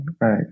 Right